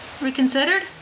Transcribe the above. Reconsidered